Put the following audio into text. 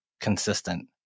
consistent